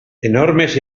enormes